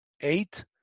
eight